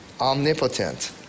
omnipotent